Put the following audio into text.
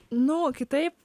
nu kitaip